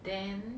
then